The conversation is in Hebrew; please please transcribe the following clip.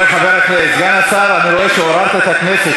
סגן השר, אני רואה שעוררת את הכנסת.